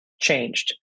changed